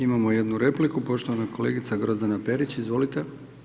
Imamo jednu repliku, poštovana kolegica Grozdana Perić, izvolite.